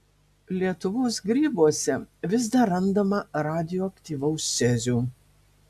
lietuvos grybuose vis dar randama radioaktyvaus cezio